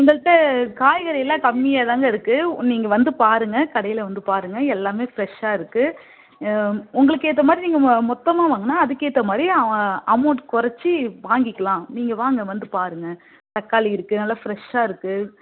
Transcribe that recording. எங்கள்ட்ட காய்கறிலாம் கம்மியாக தான்ங்க இருக்குது நீங்கள் வந்து பாருங்கள் கடையில் வந்து பாருங்கள் எல்லாமே ஃப்ரெஷ்ஷாக இருக்குது உங்களுக்கு ஏற்ற மாதிரி நீங்கள் மொத்தமாக வாங்கினா அதுக்கேற்ற மாதிரி அமௌண்ட் கொறைச்சி வாங்கிக்கலாம் நீங்கள் வாங்க வந்து பாருங்கள் தக்காளி இருக்குது நல்லா ஃப்ரெஷ்ஷாக இருக்குது